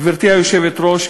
גברתי היושבת-ראש,